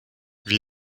wir